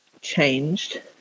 changed